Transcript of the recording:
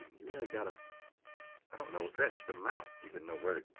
you really gotta i don't know stretch the mouth. even know where to,